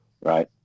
right